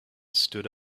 stood